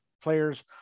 players